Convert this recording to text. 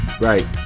Right